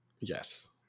Yes